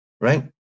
right